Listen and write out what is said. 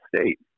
state